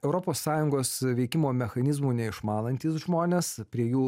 europos sąjungos veikimo mechanizmų neišmanantys žmonės prie jų